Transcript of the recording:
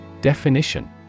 Definition